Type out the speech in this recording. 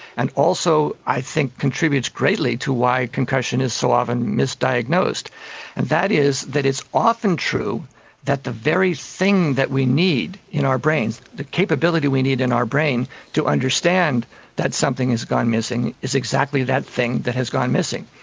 and also i think contributes greatly to why concussion is so often misdiagnosed. and that is that it is often true that the very thing that we need in our brains, the capability we need in our brain to understand that something has gone missing is exactly that thing that has gone missing.